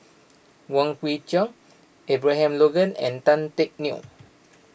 Wong Kwei Cheong Abraham Logan and Tan Teck Neo